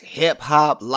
hip-hop